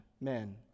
men